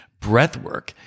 breathwork